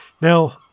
Now